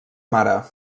mare